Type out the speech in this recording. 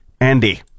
andy